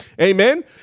Amen